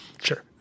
Sure